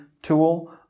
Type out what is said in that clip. tool